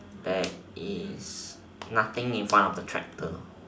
there is nothing in front of the tractor